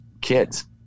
kids